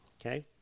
Okay